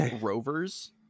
rovers